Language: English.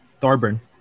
Thorburn